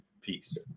Peace